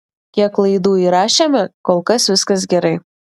kiek laidų įrašėme kol kas viskas gerai